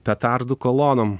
petardų kolonom